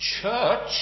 Church